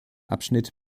abschnitt